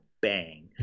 bang